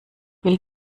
will